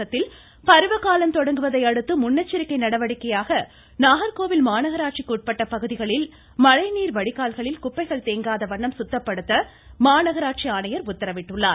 தமிழகத்தில் பருவ காலம் தொடங்குவதை அடுத்து முன்னெச்சரிக்கை நடவடிக்கையாக நாகர்கோவில் மாநகராட்சிக்கு உட்பட்ட பகுதிகளில் மழைநீர் வடிகால்களில் குப்பைகள் தேங்காத வண்ணம் சுத்தப்படுத்த மாநகராட்சி ஆணையர் உத்தரவிட்டுள்ளார்